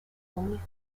only